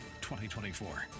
2024